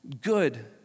good